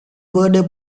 birthday